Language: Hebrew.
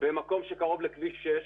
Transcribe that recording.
במקום שקרוב לכביש 6,